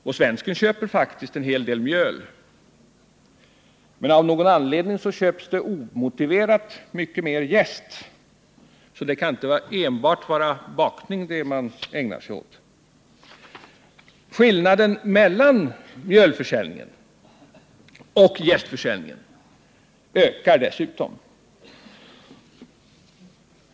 Och svensken köper faktiskt en hel del mjöl, men av någon anledning köps det omotiverat mycket mer jäst — så det kan inte enbart vara bakning man ägnar sig åt. Skillnaden mellan mjölförsäljningen och jästförsäljningen ökar dessutom.